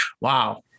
wow